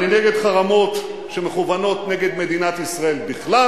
אני נגד חרמות שמכוונים נגד מדינת ישראל בכלל